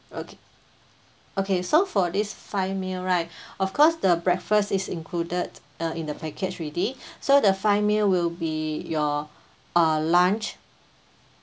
okay okay so for this five meal right of course the breakfast is included in the package already so the five meal will be your uh lunch